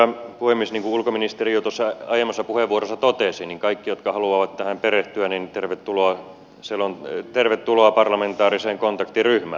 niin kuin ulkoministeri jo tuossa aiemmassa puheenvuorossaan totesi niin kaikki jotka haluavat tähän perehtyä tervetuloa parlamentaariseen kontaktiryhmään